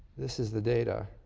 this is the data,